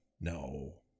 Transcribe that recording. no